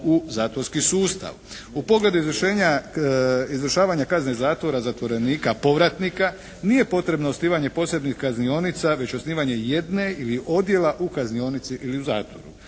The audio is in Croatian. u zatvorski sustav. U pogledu izvršavanja kazne zatvora zatvorenika povratnika nije potrebno osnivanje posebnih kaznionica već osnivanje jedne ili odjela u kaznionici ili u zatvoru.